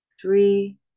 three